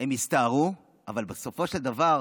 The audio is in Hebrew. הן הסתערו, אבל בסופו של דבר,